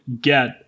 get